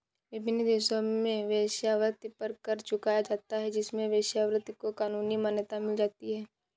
विभिन्न देशों में वेश्यावृत्ति पर कर चुकाया जाता है जिससे वेश्यावृत्ति को कानूनी मान्यता मिल जाती है